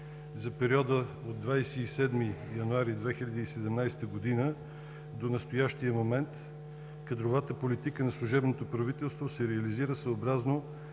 За периода от 27 януари 2017 г. до настоящия момент кадровата политика на служебното правителство се реализира съобразно